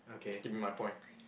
give me my point